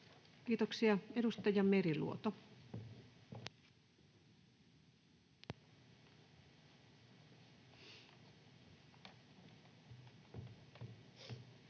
Kiitoksia. — Edustaja Meriluoto. [Speech